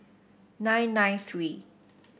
nine nine three